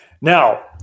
Now